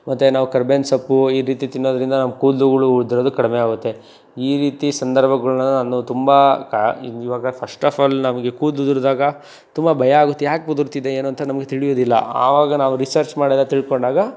ಮತ್ತೆ ನಾವು ಕರಿಬೇವ್ನ ಸೊಪ್ಪು ಈ ರೀತಿ ತಿನ್ನೋದ್ರಿಂದ ನಮ್ಮ ಕೂದಲುಗಳು ಉದ್ರೋದು ಕಡಿಮೆ ಆಗುತ್ತೆ ಈ ರೀತಿ ಸಂದರ್ಭಗಳ್ನ ನಾನು ತುಂಬ ಕ ಇವಾಗ ಫರ್ಸ್ಟ್ ಆಫ್ ಆಲ್ ನಮಗೆ ಕೂದಲು ಉದುರಿದಾಗ ತುಂಬ ಭಯ ಆಗುತ್ತೆ ಯಾಕೆ ಉದುರ್ತಿದೆ ಏನು ಅಂತ ನಮಗೆ ತಿಳಿಯೂದಿಲ್ಲ ಆವಾಗ ನಾವು ರಿಸರ್ಚ್ ಮಾಡಿಯೇ ತಿಳ್ಕೊಂಡಾಗ